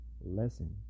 lesson